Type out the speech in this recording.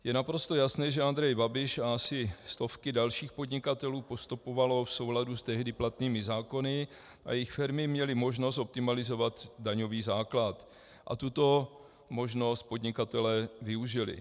Je naprosto jasné, že Andrej Babiš a asi i stovky dalších podnikatelů postupovali v souladu s tehdy platnými zákony, jejich firmy měly možnost optimalizovat daňový základ a tuto možnost podnikatelé využili.